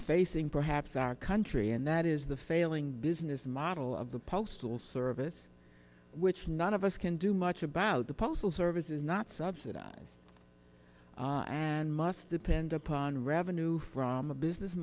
facing perhaps our country and that is the failing business model of the postal service which none of us can do much about the postal service is not subsidized and must depend upon revenue from a business